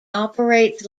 operates